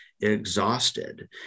exhausted